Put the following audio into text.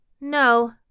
No